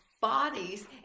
bodies